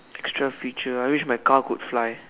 extra feature I wish my car could fly